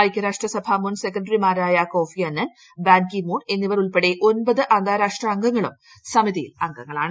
ഐക്യരാഷ്ട്ര സഭ മുൻ സെക്രട്ടറിമാരായ Kofi Annan Ban Ki Moon എന്നിവർ ഉൾപ്പെടെ ഒമ്പത് അന്താരാഷ്ട്ര അംഗങ്ങളും സമിതിയിൽ അംഗങ്ങളാണ്